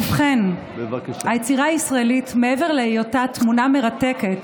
ובכן, היצירה הישראלית, מעבר להיותה תמונה מרתקת,